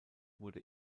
wurde